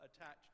attached